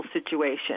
situation